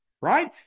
Right